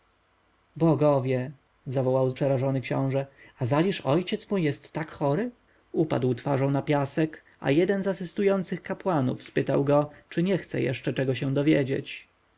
bogowie zawołał przerażony książę azaliż ojciec mój jest tak chory upadł twarzą na piasek a jeden z asystujących kapłanów spytał go czy nie chce jeszcze czegoś się dowiedzieć